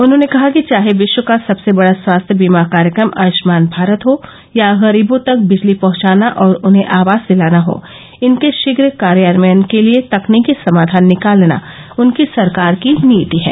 उन्होंने कहा कि चाहे विश्व का सबसे बड़ा स्वास्थ्य बीमा कार्यक्रम आयुष्मान भारत हो या गरीबों तक बिजली पहुंचाना और उन्हें आवास दिलाना हो इनके शीघ्र कार्यान्वयन के लिए तकनीकी समाधान निकालना उनकी सरकार की नीति है